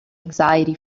anxiety